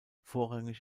vorrangig